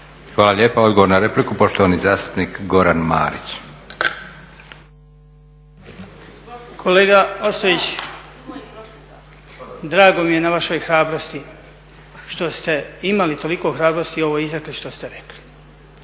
Hvala lijepa odgovor na repliku poštovani zastupnik Goran Marić. **Marić, Goran (HDZ)** Kolega ostojić, drago mi je na vašoj hrabrosti što ste imali toliko hrabrosti ovo izreći što ste rekli